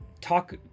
talk